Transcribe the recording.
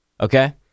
Okay